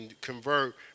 convert